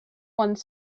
one